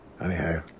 Anyhow